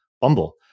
Bumble